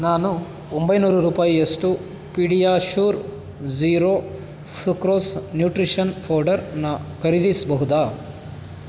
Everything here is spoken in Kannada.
ನಾನು ಒಂಬೈನೂರು ರೂಪಾಯಿಯಷ್ಟು ಪೀಡಿಯಾಶ್ಯೂರ್ ಝೀರೋ ಸುಕ್ರೋಸ್ ನ್ಯೂಟ್ರಿಷನ್ ಫೌಡರನ್ನ ಖರೀದಿಸಬಹುದಾ